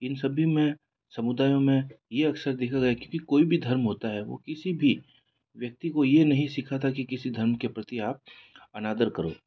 इन सभी में समुदायों में यह अक्सर देखा गया कि कोई भी धर्म होता है वह किसी भी व्यक्ति को यह नहीं सिखाता कि किसी धर्म के प्रति आप अनादर करो